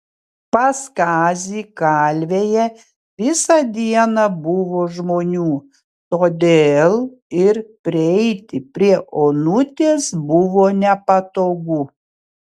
pas kazį kalvėje visą dieną buvo žmonių todėl ir prieiti prie onutės buvo nepatogu